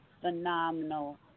phenomenal